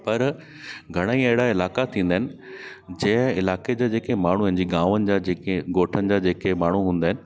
पर घणा ई एड़ा इलाका थींदा इन जैं इलाके जा जेके माण्हू इन गावनि जा जेके ॻोठनि जा जेके माण्हू हूंदा इन